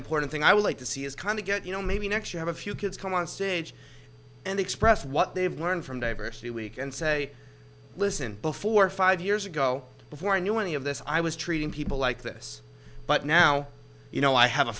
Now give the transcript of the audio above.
important thing i would like to see is kind of get you know maybe next you have a few kids come on stage and express what they've learned from diversity week and say listen before five years ago before i knew any of this i was treating people like this but now you know i have a